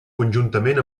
conjuntament